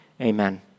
amen